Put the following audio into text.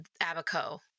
Abaco